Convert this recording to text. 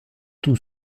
tout